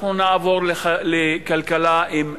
אנחנו נעבור לכלכלה עם מפולת.